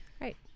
Right